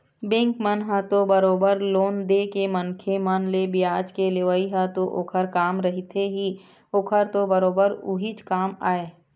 bank मन ह तो बरोबर लोन देके मनखे मन ले बियाज के लेवई ह तो ओखर काम रहिथे ही ओखर तो बरोबर उहीच काम आय